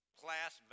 class